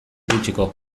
iritsiko